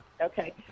Okay